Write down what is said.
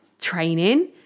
training